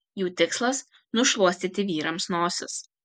jų tikslas nušluostyti vyrams nosis